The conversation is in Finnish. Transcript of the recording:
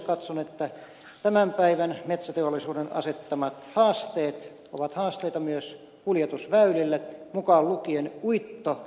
katson että tämän päivän metsäteollisuuden asettamat haasteet ovat haasteita myös kuljetusväylille mukaan lukien uitto